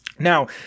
Now